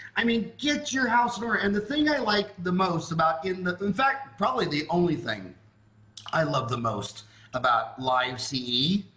i mean get your house door and the thing i like the most about in the the in fact probably the only thing i love the most about live ce,